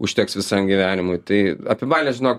užteks visam gyvenimui tai apie balį žinok